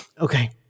Okay